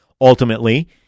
ultimately